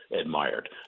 admired